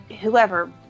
Whoever